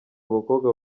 abakobwa